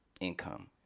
income